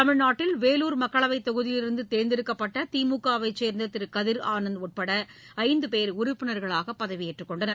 தமிழ்நாட்டில் வேலூர் மக்களவை தொகுதியிலிருந்து தேர்ந்தெடுக்கப்பட்ட திமுக வைச் சேர்ந்த திரு கதிர் ஆனந்த் உட்பட ஐந்து பேர் உறுப்பினர்ளாக பதவியேற்றுக் கொண்டனர்